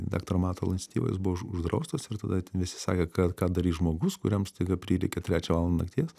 daktaro matulo iniciatyva jos buvo už uždraustos ir tada ten visi sakė ką ką darys žmogus kuriam staiga prireikia trečią valandą nakties